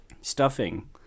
stuffing